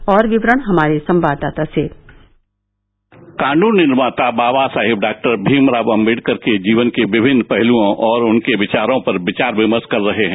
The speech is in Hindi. और विवरण हमारे संवाददाता से कानून निर्माता बाबा साहेब डॉक्टर भीमराव अंबेडकर के जीवन के विभिन्न पहलुओं और उनके विचारों पर विचार विमर्श कर रहे हैं